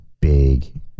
big